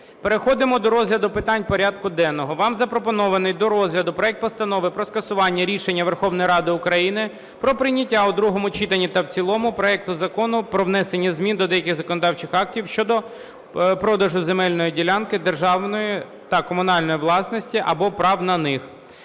Переходимо до розгляду питань порядку денного. Вам запропонований до розгляду проект Постанови про скасування рішення Верховної Ради України про прийняття у другому читанні та в цілому проекту Закону про внесення змін до деяких законодавчих актів щодо продажу земельних ділянок державної та комунальної власності або прав на них.